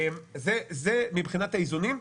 זה מבחינת האיזונים,